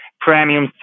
premium